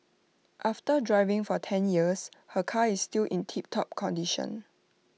after driving for ten years her car is still in tiptop condition